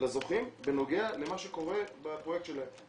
לזוכים בנוגע למה שקורה בפרויקט שלהם,